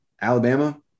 Alabama